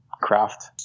craft